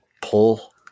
pull